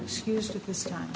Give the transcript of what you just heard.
excuse at this time